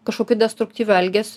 kažkokiu destruktyviu elgesiu